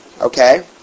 Okay